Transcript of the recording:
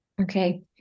Okay